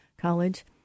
college